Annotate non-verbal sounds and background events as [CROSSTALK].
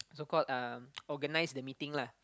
so called um [NOISE] organise the meeting lah